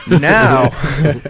now